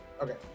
Okay